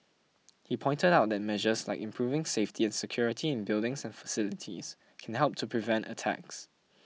he pointed out that measures like improving safety and security in buildings and facilities can help to prevent attacks